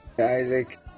Isaac